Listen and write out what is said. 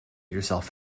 yourself